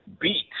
beat